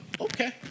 okay